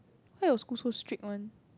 why your school so strict one